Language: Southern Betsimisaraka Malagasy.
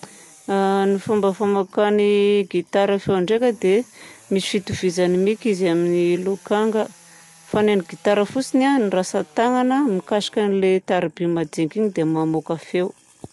A Ny fomba famoakan'ny gitara feo ndraika a dia misy fitovizany miky izy amin'ny lokanga. Fa ny an'ny gitara fotsiny a ny ratsan-tanana no mikasoka an'ilay tarobia madinika igny dia mamoaka feo.